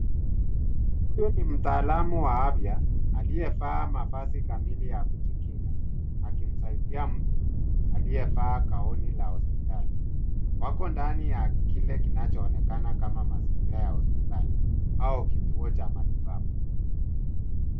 Huyu ni mtaalumu wa afya, aliyevaa mavasi kamili ya kujinga, akimsaidia mtu aliyevaa kaoni la hospitali. Wako ndani ya kile kinachoonekana kama mazingira ya hospitali au kituo cha matibabu.